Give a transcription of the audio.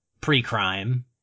pre-crime